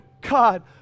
God